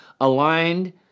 aligned